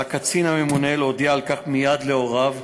על הקצין הממונה להודיע על כך מייד להוריו,